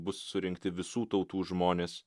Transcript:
bus surinkti visų tautų žmonės